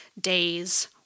days